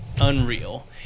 unreal